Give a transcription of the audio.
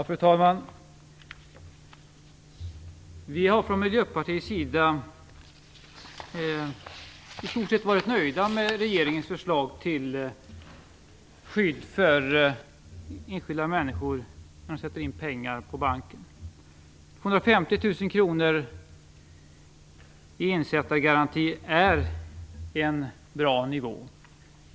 Fru talman! Vi har från Miljöpartiets sida i stort sett varit nöjda med regeringens förslag till skydd för enskilda människor som sätter in pengar på bank. 250 000 kr i insättargaranti är en bra nivå.